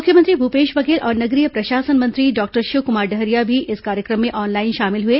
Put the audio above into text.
मुख्यमंत्री भूपेश बघेल और नगरीय प्रशासन मंत्री डॉक्टर शिवकुमार डहरिया भी इस कार्यक्रम में ऑनलाइन शामिल हुए